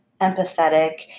empathetic